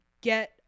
get